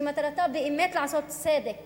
שמטרתה באמת לעשות צדק